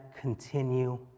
continue